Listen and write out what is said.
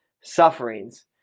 sufferings